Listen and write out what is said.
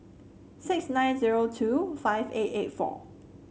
six nine zero two five eight eight four